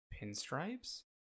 pinstripes